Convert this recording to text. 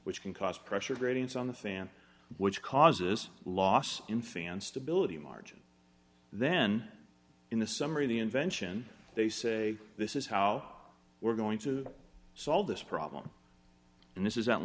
which can cause pressure gradients on the fan which causes loss in fan stability margin then in the summer the invention they say this is how we're going to solve this problem and this is o